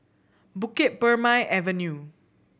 Bukit Purmei Avenue